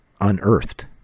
unearthed